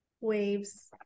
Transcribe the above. waves